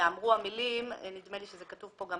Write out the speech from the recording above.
ייאמרו המילים נדמה לי שזה כתוב גם כאן